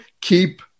keep